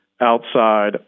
outside